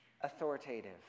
authoritative